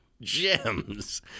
gems